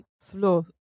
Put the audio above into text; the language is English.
floor